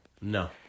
No